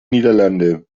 niederlande